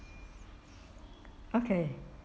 okay